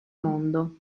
mondo